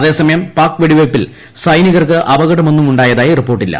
അതേസമയം പാക് വെടിവയ്പ്പിൽ സൈനികർക്ക് അപകടമൊന്നും ഉണ്ടായതായി റിപ്പോർട്ടില്ല